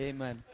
Amen